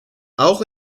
auch